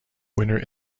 winner